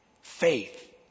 Faith